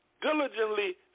diligently